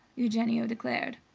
eugenio declared.